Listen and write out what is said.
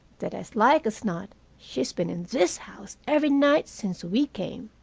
that as like as not she's been in this house every night since we came.